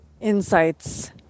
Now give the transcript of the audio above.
insights